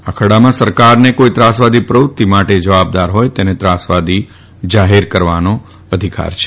આ ખરડામાં સરકારને કાઇ ત્રાસવાદી પ્રવૃતિ માટે જવાબદાર હાથ તેને ત્રાસવાદી જાહેર કરવાન અધિકાર મળે છે